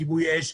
עם כיבוי אש,